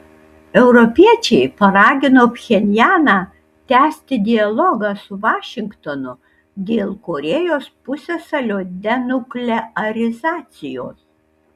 europiečiai paragino pchenjaną tęsti dialogą su vašingtonu dėl korėjos pusiasalio denuklearizacijos